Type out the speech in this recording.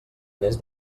més